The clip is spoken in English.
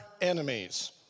enemies